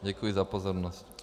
Děkuji za pozornost.